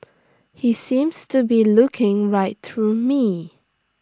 he seems to be looking right through me